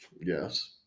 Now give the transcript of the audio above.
Yes